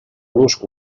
los